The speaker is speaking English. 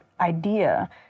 idea